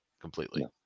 completely